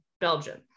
Belgium